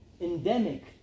Endemic